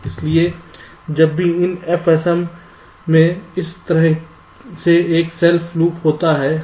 इसलिए जब भी इन FSM में इस तरह से एक सेल्फ लूप होता है